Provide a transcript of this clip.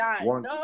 one